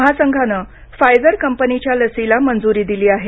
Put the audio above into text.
महासंघानं फायझर कंपनीच्या लसीला मंजुरी दिली आहे